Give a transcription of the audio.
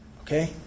okay